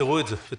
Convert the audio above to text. תפתרו את זה,